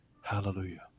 Hallelujah